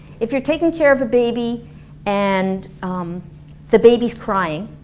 if you're taking care of a baby and the baby's crying